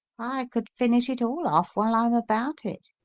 i could finish it all off while i am about it.